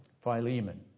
Philemon